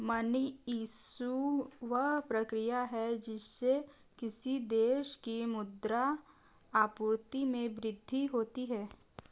money issue, वह प्रक्रिया है जिससे किसी देश की मुद्रा आपूर्ति में वृद्धि होती है